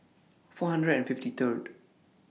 four hundred and fifty Third